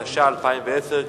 התש"ע 2010,